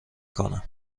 کنم